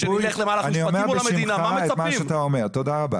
תודה רבה.